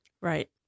Right